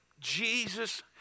Jesus